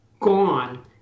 gone